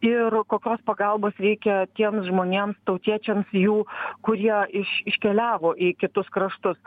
ir kokios pagalbos reikia tiems žmonėms tautiečiams jų kurie iš iškeliavo į kitus kraštus